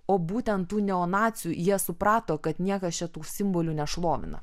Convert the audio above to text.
o būtent tų neonacių jie suprato kad niekas čia tų simbolių nešlovina